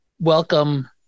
welcome